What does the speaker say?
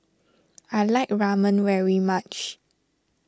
I like Ramen very much